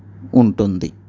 ఉంటుంది